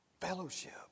fellowship